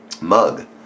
Mug